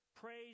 Praise